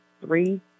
three